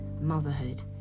motherhood